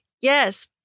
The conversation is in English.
Yes